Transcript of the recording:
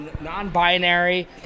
non-binary